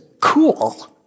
cool